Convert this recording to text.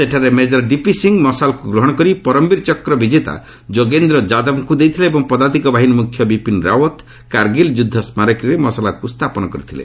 ସେଠାରେ major DP Singh ମସାଲ୍କୁ ଗ୍ରହଣ କରି ପରମବୀର ଚକ୍ର ବିଜେତା ଯୋଗେନ୍ଦ୍ର ଯାଦବକୁ ଦେଇଥିଲେ ଏବଂ ପଦାତିକ ବାହିନୀ ମୁଖ୍ୟ ବିପିନ୍ ରାଓ୍ୱତ୍ କାର୍ଗୀଲ୍ ଯୁଦ୍ଧ ସ୍କାରକୀରେ ମସାଲକୁ ସ୍ଥାପନ କରିଥିଲେ